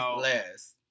less